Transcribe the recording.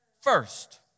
first